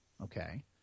Okay